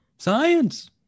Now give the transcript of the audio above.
science